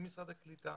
עם משרד הקליטה,